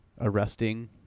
arresting